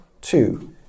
two